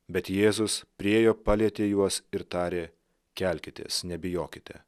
bet jėzus priėjo palietė juos ir tarė kelkitės nebijokite